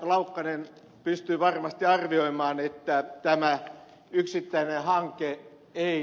laukkanen pystyy varmasti arvioimaan että tämä yksittäinen hanke ei